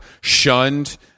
shunned